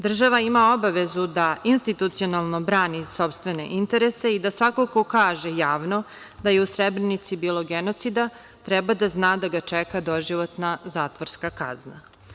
Država ima obavezu da institucionalno brani sopstvene interese i da svako ko kaže javno da je u Srebrenici bilo genocida treba da zna da ga čeka doživotna zatvorska kazna.